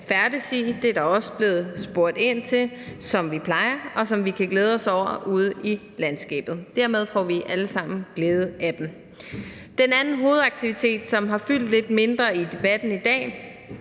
færdes i – det er der også blevet spurgt ind til – som vi plejer, og som vi kan glæde os over ude i landskabet. Dermed får vi alle sammen glæde af dem. Den anden hovedaktivitet, som har fyldt lidt mindre i debatten i dag,